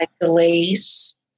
delays